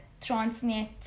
Transnet